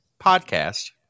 podcast